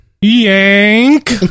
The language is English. Yank